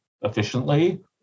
efficiently